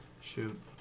shoot